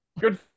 Good